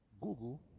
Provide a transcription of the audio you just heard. Google